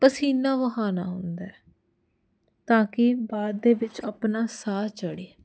ਪਸੀਨਾ ਵਹਾਉਣਾ ਹੁੰਦਾ ਤਾਂ ਕਿ ਬਾਅਦ ਦੇ ਵਿੱਚ ਆਪਣਾ ਸਾਹ ਚੜ੍ਹੇ